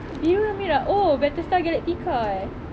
biru dengan merah oh battlestar galactica eh